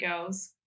girls